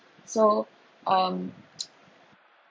so um